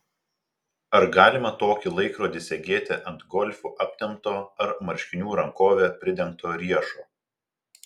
ar galima tokį laikrodį segėti ant golfu aptemto ar marškinių rankove pridengto riešo